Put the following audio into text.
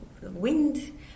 wind